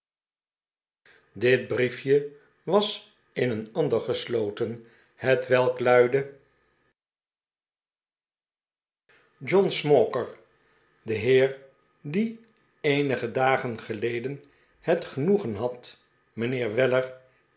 dit briefje was in een ander gesloten hetwelk luidde de pickwick club john smauker de heer die eenige dagen geleden net genoegen had mijnheer weller